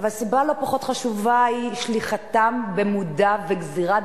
אבל סיבה לא פחות חשובה היא שליחתם במודע וגזירת